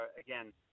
again